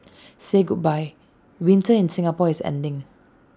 say goodbye winter in Singapore is ending